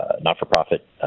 not-for-profit